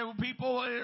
People